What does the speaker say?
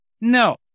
No